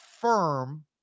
firm